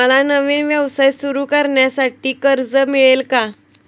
मला नवीन व्यवसाय सुरू करण्यासाठी कर्ज मिळेल का?